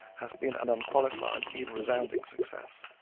has been an unqualified even resounding success.